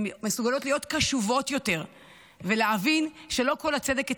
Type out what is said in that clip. הן מסוגלות להיות קשובות יותר ולהבין שלא כל הצדק אצלן,